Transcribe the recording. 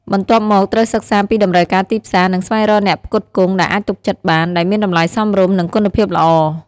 បន្ទាប់មក ត្រូវសិក្សាពីតម្រូវការទីផ្សារ និងស្វែងរកអ្នកផ្គត់ផ្គង់ដែលអាចទុកចិត្តបាន ដែលមានតម្លៃសមរម្យ និងគុណភាពល្អ។